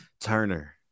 Turner